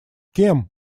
кем